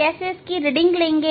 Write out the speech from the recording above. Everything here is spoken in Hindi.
कैसे रीडिंग लेते हैं